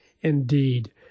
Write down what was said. indeed